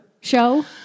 show